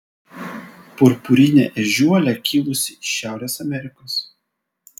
purpurinė ežiuolė kilusi iš šiaurės amerikos